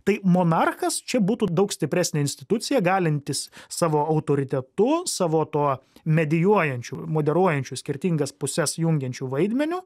tai monarchas čia būtų daug stipresnė institucija galintis savo autoritetu savo tuo medijuojančiu moderuojančiu skirtingas puses jungiančiu vaidmeniu